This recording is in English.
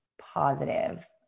positive